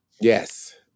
Yes